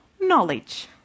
knowledge